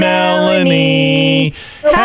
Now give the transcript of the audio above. Melanie